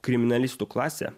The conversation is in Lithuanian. kriminalistų klasė